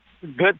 good